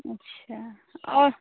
अच्छा आओर